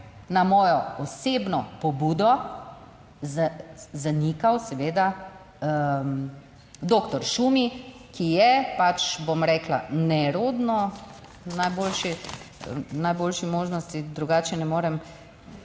na mojo osebno pobudo, zanikal seveda doktor Šumi, ki je pač, bom rekla, nerodno, najboljši, najboljši možnosti, drugače ne morem